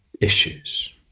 issues